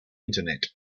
internet